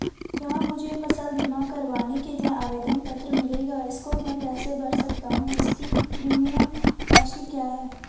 क्या मुझे फसल बीमा करवाने के लिए आवेदन पत्र मिलेगा इसको मैं कैसे भर सकता हूँ इसकी प्रीमियम राशि क्या है?